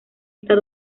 estas